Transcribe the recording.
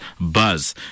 buzz